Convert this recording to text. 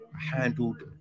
handled